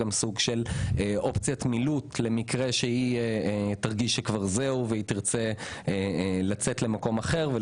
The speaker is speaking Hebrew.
אופציית מילוט למקרה שהיא תרגיש שהיא רוצה לצאת למקום אחר.